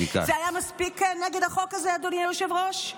זה היה מספיק נגד החוק הזה, אדוני היושב-ראש?